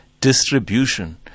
distribution